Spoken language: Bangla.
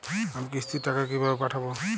আমি কিস্তির টাকা কিভাবে পাঠাব?